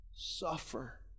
suffer